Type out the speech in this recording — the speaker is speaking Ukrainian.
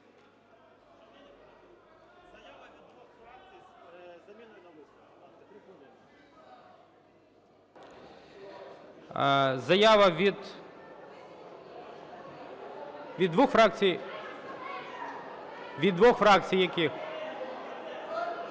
Заява від двох фракцій. Від двох фракцій яких?